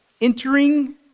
entering